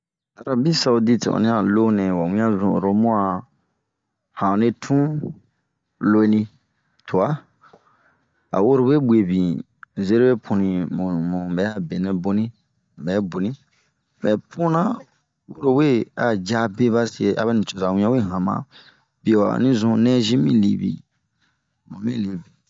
Arabi saudite ɔni a tun nɛ wa ɲuna zun a din a tun na hanre tun looni tuan, a woro we guebini zeremɛ puni, mu, mubɛa benɛ boni.mu bɛ boni. Mɛ puna woro we a ya be base aba nicoza ŋunawe hama. biewa ɛni zun ,nɛzi mi liibin mun mi libin.